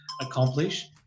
accomplish